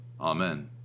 Amen